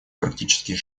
практические